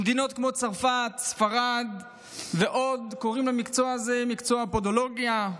במדינות כמו צרפת וספרד קוראים למקצוע הזה מקצוע הפודולוגיה.